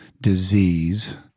disease